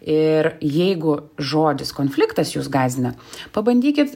ir jeigu žodis konfliktas jus gąsdina pabandykit